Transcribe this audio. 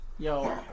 Yo